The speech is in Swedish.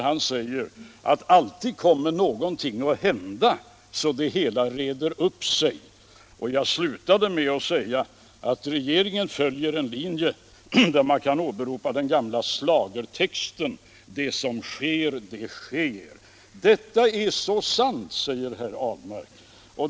Han säger: Alltid kommer någonting att Onsdagen den hända så att det hela reder upp sig. 2 februari 1977 Jag slutade artikeln med att anföra att regeringen följer en linje där man kan åberopa orden i den gamla schlagertexten: Det som sker det — Allmänpolitisk sker. debatt Detta är så sant, säger herr Ahlmark.